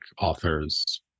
authors